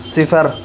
صفر